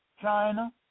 China